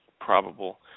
probable